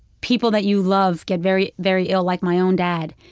people that you love get very, very ill, like my own dad.